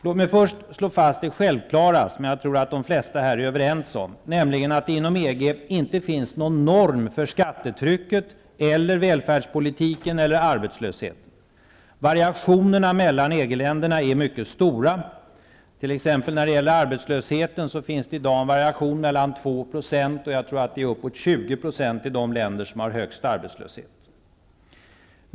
Låt mig först slå fast det självklara, som jag tror att de flesta här är överens om, nämligen att det inom EG inte finns någon norm för skattetrycket, välfärdspolitiken eller arbetslösheten. Variationerna mellan EG-länderna är mycket stora. När det t.ex. gäller arbetslösheten finns det i dag en variation på mellan 2 % och uppåt 20 % i de länder som har den högsta arbetslösheten.